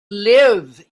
live